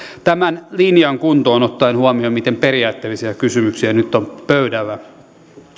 tämän linjan kuntoon ottaen huomioon miten periaatteellisia kysymyksiä nyt on pöydällä